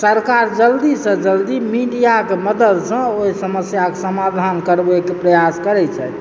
सरकार जल्दीसँ जल्दी मीडियाक मददसँ ओहि समस्याक समाधान करबाक प्रयास करय छथि